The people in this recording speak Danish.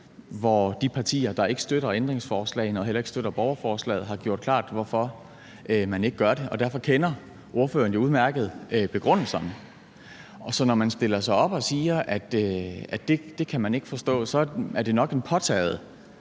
hvor de partier, der ikke støtter ændringsforslagene og heller ikke støtter borgerforslaget, har gjort klart, hvorfor man ikke gør det. Derfor kender ordføreren jo udmærket godt begrundelserne. Så når man stiller sig op og siger, at det kan man ikke forstå, så er det nok påtaget,